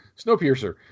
snowpiercer